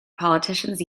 politicians